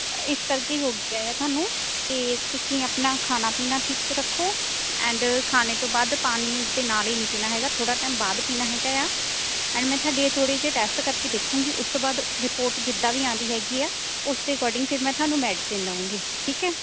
ਇਸ ਕਰਕੇ ਹੋ ਗਿਆ ਏ ਤੁਹਾਨੂੰ ਅਤੇ ਤੁਸੀਂ ਆਪਣਾ ਖਾਣਾ ਪੀਣਾ ਠੀਕ ਰੱਖੋ ਐਂਡ ਖਾਣੇ ਤੋਂ ਬਾਅਦ ਪਾਣੀ ਉਸਦੇ ਨਾਲੇ ਨਹੀਂ ਪੀਣਾ ਹੈਗਾ ਥੋੜ੍ਹਾ ਟਾਇਮ ਬਾਅਦ ਪੀਣਾ ਹੈਗਾ ਆ ਐਂਡ ਮੈਂ ਤੁਹਾਡੇ ਥੋੜ੍ਹੇ ਜਿਹੇ ਟੈਸਟ ਕਰਕੇ ਦੇਖੂੰਗੀ ਉਸ ਤੋਂ ਬਾਅਦ ਰਿਪੋਰਟ ਜਿੱਦਾਂ ਵੀ ਆਉਂਦੀ ਹੈਗੀ ਆ ਉਸ ਦੇ ਅਕੋਰਡਿੰਗ ਫਿਰ ਮੈਂ ਤੁਹਾਨੂੰ ਮੈਡੀਸਿਨ ਦਉਂਗੀ ਠੀਕ ਹੈ